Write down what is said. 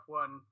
one